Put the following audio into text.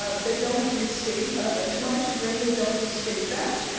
but they don't restate and to my chagrin, they don't restate that.